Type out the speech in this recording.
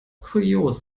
kurios